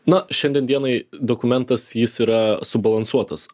na šiandien dienai dokumentas jis yra subalansuotas